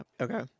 okay